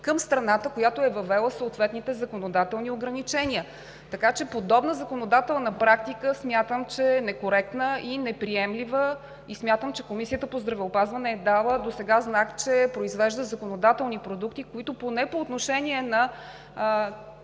към страната, която е въвела съответните законодателни ограничения. Така че подобна законодателна практика смятам, че е некоректна и неприемлива и смятам, че Комисията по здравеопазване е дала досега знак, че произвежда законодателни продукти, които поне по отношение на